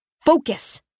Focus